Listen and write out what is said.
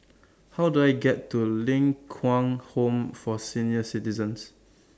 How Do I get to Ling Kwang Home For Senior Citizens